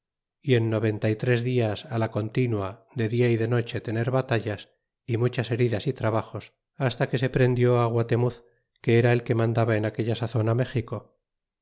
y en noventa y tres dias la continua de dia y de noche tener batallas y muchas heridas y trabajos hasta que se prendió guatemuz que era el que mandaba en aquella sazon méxico